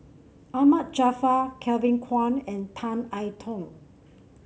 Ahmad Jaafar Kevin Kwan and Tan I Tong